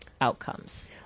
outcomes